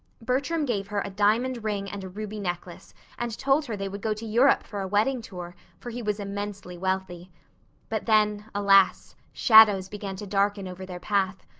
bertram gave her a diamond ring and a ruby necklace and told her they would go to europe for a wedding tour, for he was immensely wealthy but then, alas, shadows began to darken over their path.